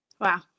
Wow